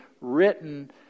written